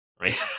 right